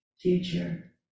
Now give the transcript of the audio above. future